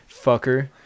fucker